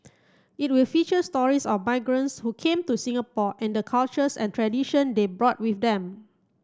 it will feature stories of migrants who came to Singapore and the cultures and tradition they brought with them